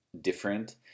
different